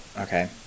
Okay